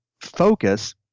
Focus